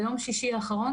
ביום שישי האחרון,